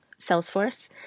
Salesforce